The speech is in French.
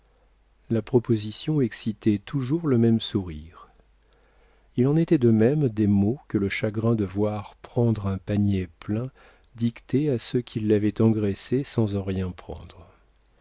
la proposition excitait toujours le même sourire il en était de même des mots que le chagrin de voir prendre un panier plein dictait à ceux qui l'avaient engraissé sans en rien prendre